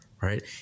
right